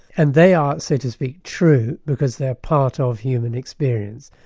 and they are, so to speak, true, because they're part of human experience.